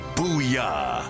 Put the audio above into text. Booyah